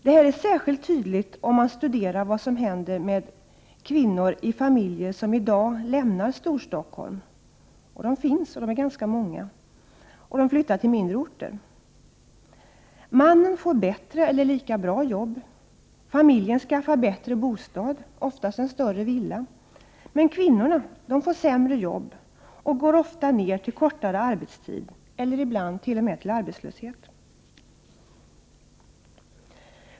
Det är särskilt tydligt om man studerar vad som händer med kvinnor i familjer som i dag lämnar Storstockholm och flyttar till mindre orter. Mannen får bättre eller lika bra jobb, familjen skaffar bättre bostad, oftast en större villa, men kvinnorna får sämre jobb och går ofta ner till kortare arbetstid eller ibland t.o.m. till arbetslöshet.